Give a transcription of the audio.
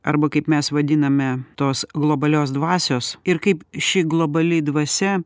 arba kaip mes vadiname tos globalios dvasios ir kaip ši globali dvasia